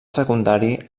secundari